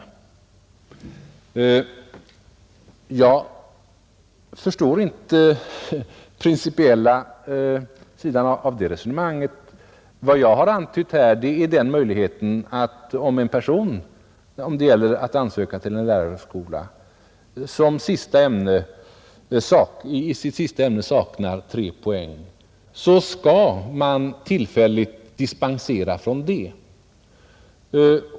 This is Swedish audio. Jag förstår inte den principiella sidan av det resonemanget. Vad jag har antytt här är den möjligheten att, om en person som vill söka in vid en lärarhögskola i sitt sista ämne saknar tre poäng, man skall tillfälligt dispensera från det.